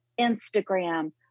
Instagram